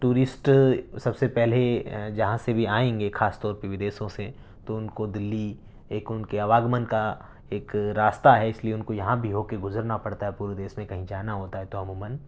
tourist سب سے پہلے جہاں سے بھی آئیں گے خاص طور پہ ودیسوں سے تو ان کو دہلی ایک ان کے اواگمن کا ایک راستہ ہے اس لیے ان کو یہاں بھی ہو کے گزرنا پڑتا ہے پورے دیس میں کہیں جانا ہوتا ہے تو عموماً